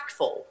impactful